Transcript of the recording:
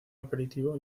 aperitivo